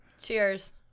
Cheers